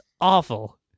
awful